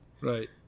Right